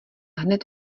hned